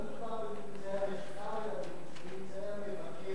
לא מדובר בממצאי המחקר אלא בממצאי המבקר.